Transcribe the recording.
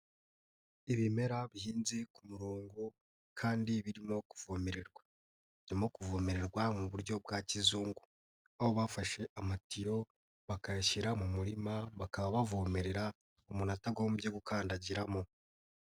Ibimera bihinze ku murongo kandi birimo kuvomererwa, birimo kuvomererwa mu buryo bwa kizungu aho bafashe amatiro bakayashyira mu murima bakaba bavomerera umuntu atagombye gukandagiramo.